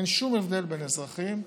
אין שום הבדל בין אזרחים,